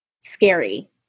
scary